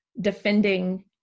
defending